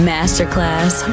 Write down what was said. Masterclass